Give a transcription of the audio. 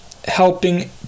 helping